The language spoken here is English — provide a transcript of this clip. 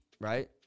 right